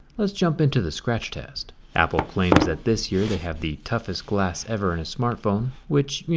let's jump into the scratch test. apple claims that this year they have the toughest glass ever in a smart phone, which, you